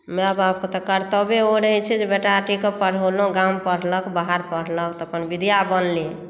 माय बापके तऽ कर्तव्ये ओ रहै छै जे बेटा बेटीकेँ पढ़ौलहुँ गाम पर पढ़लक बाहर पढ़लक तऽ अपन विद्या बनलै